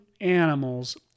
animals